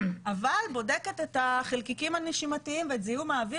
אבל בודקת את החלקיקים הנשימתיים ואת זיהום האוויר,